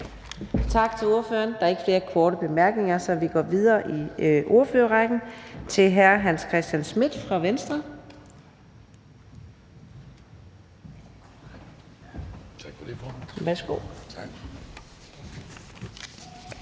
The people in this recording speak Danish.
Tak til ordføreren. Der er ikke flere korte bemærkninger, så vi går videre i ordførerrækken til hr. Hans Christian Schmidt fra Venstre.